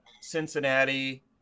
Cincinnati